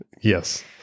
Yes